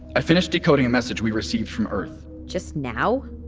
i finished decoding a message we received from earth just now?